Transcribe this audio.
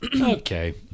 Okay